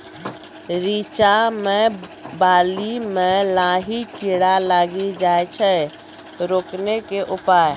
रिचा मे बाली मैं लाही कीड़ा लागी जाए छै रोकने के उपाय?